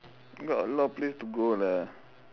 got a lot of place to go lah